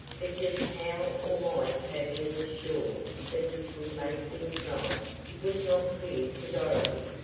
but just how or why tavia was sure that this would make things right, was not clear to dorothy.